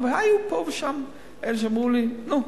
אבל היו פה ושם אלה שאמרו לי: נו,